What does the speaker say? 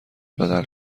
بدل